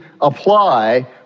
apply